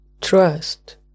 trust